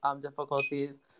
difficulties